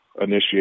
initiate